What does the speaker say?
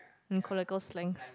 colloquial slangs